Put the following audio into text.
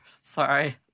Sorry